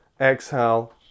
Exhale